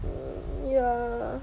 mm yeah